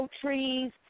trees